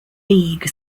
league